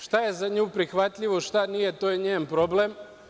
Šta je za nju prihvatljivo, šta nije, to je njen problem.